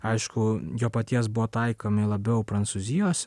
aišku jo paties buvo taikomi labiau prancūzijos